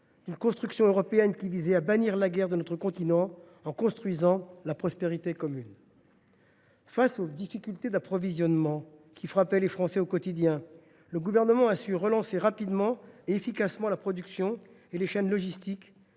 d’une construction européenne visant à bannir la guerre de notre continent et à construire une prospérité commune. Devant les difficultés d’approvisionnement qui frappaient les Français au quotidien, le Gouvernement a réussi à relancer rapidement et efficacement la production et les chaînes logistiques.